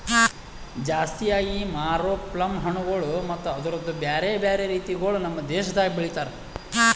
ಜಾಸ್ತಿ ಆಗಿ ಮಾರೋ ಪ್ಲಮ್ ಹಣ್ಣುಗೊಳ್ ಮತ್ತ ಅದುರ್ದು ಬ್ಯಾರೆ ಬ್ಯಾರೆ ರೀತಿಗೊಳ್ ನಮ್ ದೇಶದಾಗ್ ಬೆಳಿತಾರ್